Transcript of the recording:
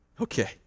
Okay